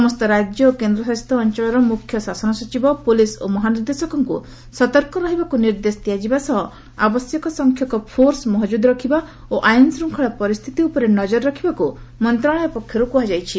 ସମସ୍ତ ରାକ୍ୟ ଓ କେନ୍ଦ୍ରଶାସିତ ଅଞ୍ଚଳର ମୁଖ୍ୟ ଶାସନ ସଚିବ ପୋଲିସ ମହାନିର୍ଦ୍ଦେଶକଙ୍କୁ ସତର୍କ ରହିବାକୁ ନିର୍ଦ୍ଦେଶ ଦିଆଯିବା ସହ ଆବଶ୍ୟକ ସଂଖ୍ୟକ ଫୋର୍ସ ମହଜୁଦ୍ ରଖିବା ଓ ଆଇନ ଶିଙ୍ଖଳା ପରିସ୍ତିତି ଉପରେ ନଜର ରଖିବାକୁ ମନ୍ତଶାଳୟ ପକ୍ଷରୁ କୁହାଯାଇଛି